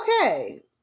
okay